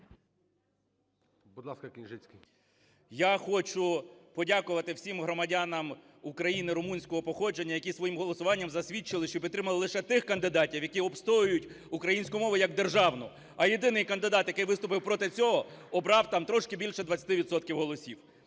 Я хочу подякувати всім громадянам України румунського походження, які своїм голосуванням засвідчили, що підтримали лише тих кандидатів, які відстоюють українську мову як державну. А єдиний кандидат, який виступив проти цього, обрав там трошки більше 20 відсотків